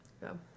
Go